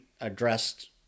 addressed